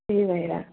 त्यही भएर